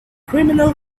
criminal